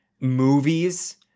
movies